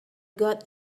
got